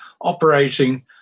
operating